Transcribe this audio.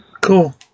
Cool